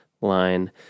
line